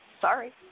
Sorry